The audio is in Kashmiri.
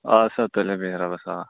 ادٕ سا تُلِو بِہیٛو رۄبَس حوالہٕ